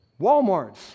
Walmarts